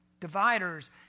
dividers